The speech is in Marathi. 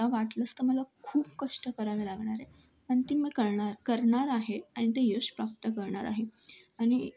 वाटलंच तर मला खूप कष्ट करावे लागणार आहे आणि ती मग करणार करणार आहे आणि ते यश प्राप्त करणार आहे आणि